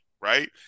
right